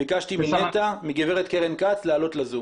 ביקשתי מנת"ע, מגברת קרן כץ לעלות לזום.